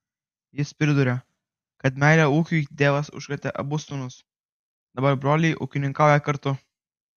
jis priduria kad meile ūkiui tėvas užkrėtė abu sūnus dabar broliai ūkininkauja kartu